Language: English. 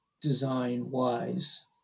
design-wise